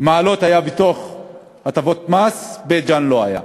מעלות הייתה זכאית להטבות המס, בית-ג'ן לא היה.